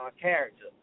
character